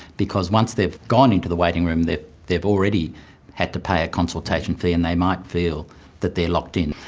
because once they've gone into the waiting room, they've they've already had to pay a consultation fee and they might feel that they are locked in.